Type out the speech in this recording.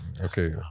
okay